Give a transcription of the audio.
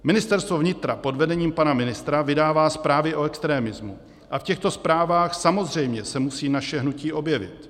Ministerstvo vnitra pod vedením pana ministra vydává zprávy o extremismu a v těchto zprávách samozřejmě se musí naše hnutí objevit.